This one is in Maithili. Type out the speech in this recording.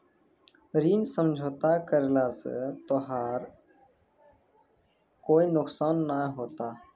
ऋण समझौता करला स तोराह कोय नुकसान नाय होथा